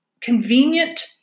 convenient